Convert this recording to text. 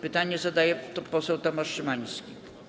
Pytanie zadaje poseł Tomasz Szymański.